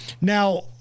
Now